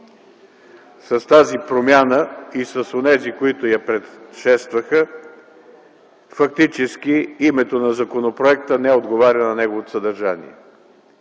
С тази промяна и с онези, които я предшестваха, фактически името на законопроекта не отговаря на неговото съдържание.